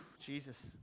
Jesus